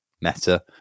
meta